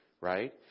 right